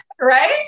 Right